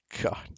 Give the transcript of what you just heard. god